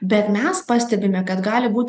bet mes pastebime kad gali būt